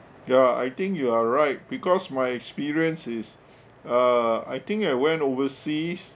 ya I think you are right because my experience is uh I think I went overseas